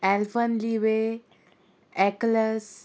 Elfenliebe eclairs